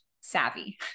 savvy